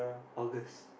August